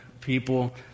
people